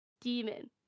Demon